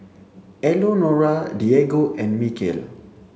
Elenora Diego and Mykel